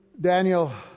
Daniel